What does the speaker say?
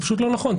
זה פשוט לא נכון.